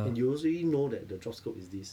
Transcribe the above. and you also already know that the job scope is this